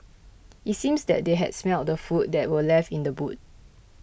it seems that they had smelt the food that were left in the boot